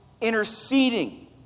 interceding